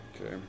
Okay